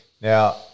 Now